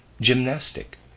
gymnastic